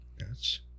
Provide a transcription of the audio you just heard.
Yes